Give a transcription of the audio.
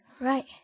Right